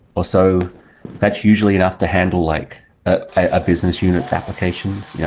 also that's usually enough to handle like ah a business units applications. you know